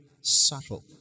subtle